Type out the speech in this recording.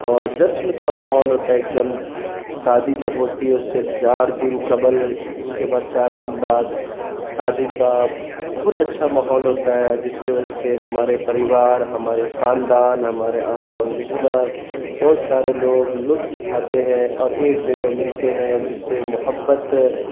اور جشن کا ماحول ہوتا ہے ایک دم شادی جب ہوتی ہے اس سے چار دن قبل اس کے بعد چار دن بعد شادی کا بہت اچھا ماحول ہوتا ہے جس کی وجہ سے ہمارے پریوار ہماری خاندان ہمارے آنے والے رشتہ دار بہت سارے لوگ لطف اٹھاتے ہیں اور ایک جگہ ملتے ہیں جس سے محبت